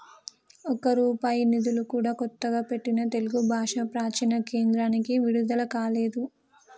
ఒక్క రూపాయి నిధులు కూడా కొత్తగా పెట్టిన తెలుగు భాషా ప్రాచీన కేంద్రానికి విడుదల కాలేదు